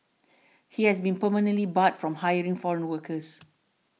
he has been permanently barred from hiring foreign workers